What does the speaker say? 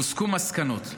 והוסקו מסקנות.